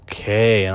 Okay